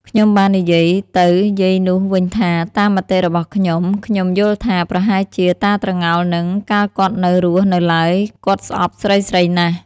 ខ្ញុំបាននិយាយទៅយាយនោះវិញថា តាមមតិរបស់ខ្ញុំៗយល់ថា ប្រហែលជាតាត្រងោលហ្នឹង កាលគាត់នៅ រស់នៅឡើយ គាត់ស្អប់ស្រីៗណាស់។